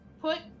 put